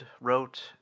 wrote